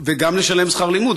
וגם לשלם שכר לימוד.